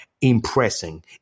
impressing